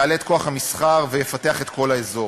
יעלה את כוח המסחר ויפתח את כל האזור.